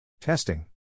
Testing